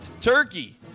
turkey